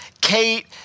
Kate